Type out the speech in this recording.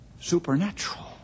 supernatural